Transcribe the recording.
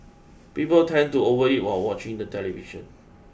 people tend to overeat while watching the television